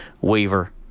waiver